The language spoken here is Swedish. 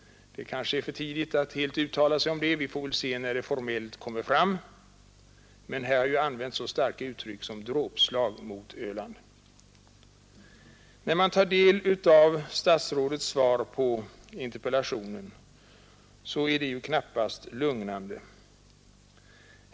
Det är kanske för tidigt att uttala sig om den — vi får väl se när den formellt läggs fram. Här har dock av ledande kommunalmän använts så starka uttryck som ”dråpslag mot Öland”. Statsrådets svar på interpellationen är knappast lugnande.